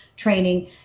training